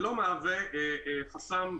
זה לא מהווה חסם.